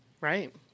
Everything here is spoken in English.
Right